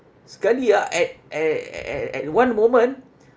sekali ah at a~ at at one moment